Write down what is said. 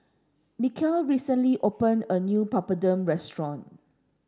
Michial recently opened a new Papadum restaurant